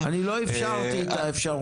וחלקן אפילו מאוד.